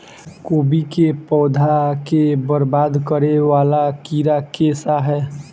कोबी केँ पौधा केँ बरबाद करे वला कीड़ा केँ सा है?